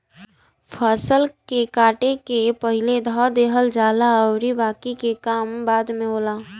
फसल के काट के पहिले धअ देहल जाला अउरी बाकि के काम बाद में होला